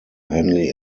hanley